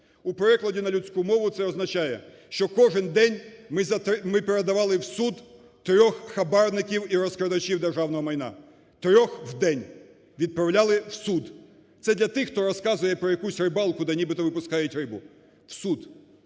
У перекладі на людську мову це означає, що кожен день ми передавали в суд трьох хабарників і розкрадачів державного майна, трьох в день відправляли в суд. Це для тих, хто розказує про якусь рибалку, де нібито випускають рибу, в суд